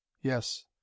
Yes